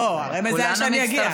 לא, הרמז היה שאני אגיע.